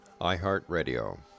iHeartRadio